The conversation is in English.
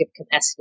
capacity